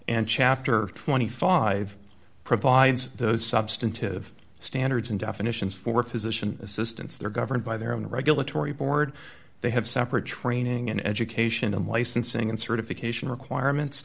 and chapter twenty five provides those substantive standards and definitions for physician assistance they're governed by their own regulatory board they have separate training and education and licensing and certification requirements